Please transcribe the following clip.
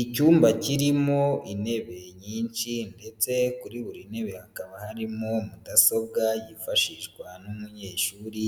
Icyumba kirimo intebe nyinshi ndetse kuri buri ntebe hakaba harimo mudasobwa yifashishwa n'umunyeshuri